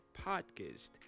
Podcast